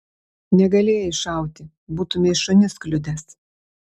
negalėjai šauti būtumei šunis kliudęs